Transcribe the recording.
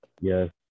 Yes